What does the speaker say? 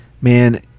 man